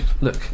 look